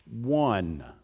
one